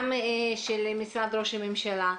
גם של משרד ראש הממשלה,